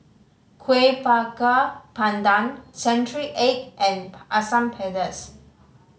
Kueh Bakar Pandan century egg and Asam Pedas